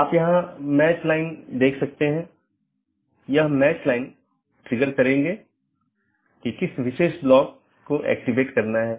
और यदि हम AS प्रकारों को देखते हैं तो BGP मुख्य रूप से ऑटॉनमस सिस्टमों के 3 प्रकारों को परिभाषित करता है